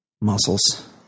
muscles